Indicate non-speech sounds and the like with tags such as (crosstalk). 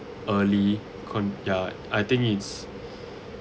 early con~ ya I think it's (breath)